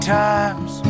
times